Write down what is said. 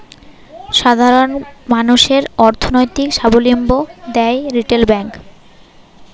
সাধারণ মানুষদের অর্থনৈতিক সাবলম্বী দ্যায় রিটেল ব্যাংক